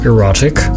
Erotic